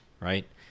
right